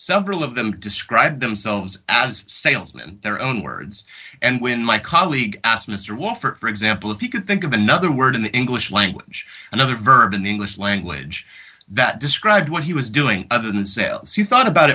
several of them described themselves as salesman their own words and when my colleague asked mr watt for example if he could think of another word in the english language another verb in the english language that described what he was doing other than sales he thought about